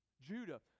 Judah